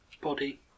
Body